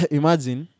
imagine